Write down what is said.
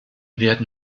werden